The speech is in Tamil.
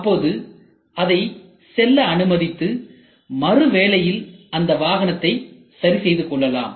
அப்போது அதை செல்ல அனுமதித்து மறு வேலையில் அந்த வாகனத்தை சரி செய்து கொள்ளலாம்